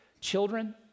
children